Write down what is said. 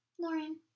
Lauren